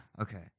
Okay